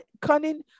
cunning